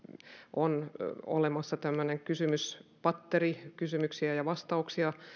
on olemassa tämmöinen kysymyspatteri kysymyksiä ja vastauksia